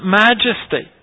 majesty